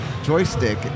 joystick